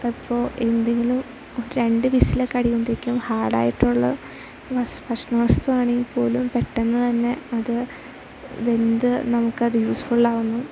അപ്പോൾ എന്തെങ്കിലും രണ്ട് വിസിലൊക്കെ അടിക്കുമ്പോഴത്തേക്കും ഹാർഡായിട്ടുള്ള വസ് ഭക്ഷ്ണവസ്തുവാണെങ്കിൽ പോലും പെട്ടെന്നു തന്നെ അത് വെന്ത് നമുക്കത് യൂസ്ഫുള്ളാകുന്നു